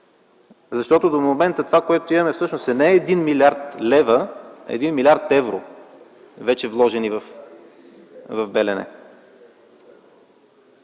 Защото до момента това, което имаме, е всъщност не 1 млрд. лв., а 1 млрд. евро вече вложени в „Белене”.